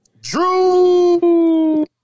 Drew